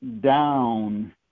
down